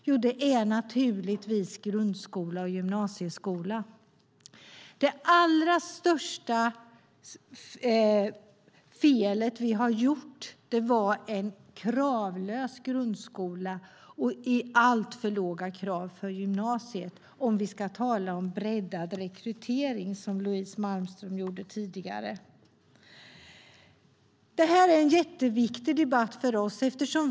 Jo, det är naturligtvis grundskola och gymnasieskola. Det allra största fel vi har gjort var att ha en kravlös grundskola och att ha alltför låga krav för gymnasiet, för att knyta an till vad Louise Malmström sade om breddad rekrytering tidigare. Det här är en jätteviktig debatt för oss.